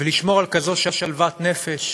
ולשמור על כזו שלוות נפש